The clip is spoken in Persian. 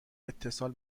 اتصال